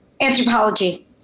Anthropology